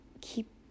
keep